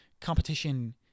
competition